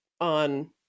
on